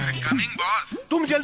coming boss.